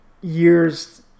years